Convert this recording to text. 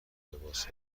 لباس